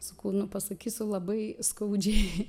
su kūnu pasakysiu labai skaudžiai